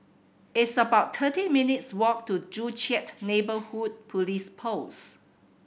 it's about thirty minutes' walk to Joo Chiat Neighbourhood Police Post